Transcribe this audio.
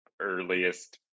earliest